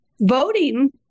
voting